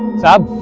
job